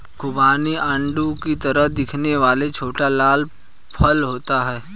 खुबानी आड़ू की तरह दिखने वाला छोटा लाल फल होता है